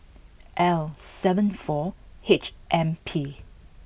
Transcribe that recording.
L seven four H M P